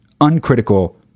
uncritical